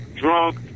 drunk